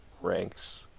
ranks